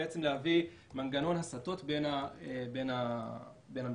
להביא מנגנון הסתות בין המשרדים.